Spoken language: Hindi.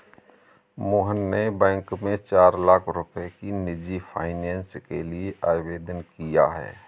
मोहन ने बैंक में चार लाख रुपए की निजी फ़ाइनेंस के लिए आवेदन किया है